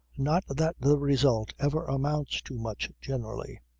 not that the result ever amounts to much generally.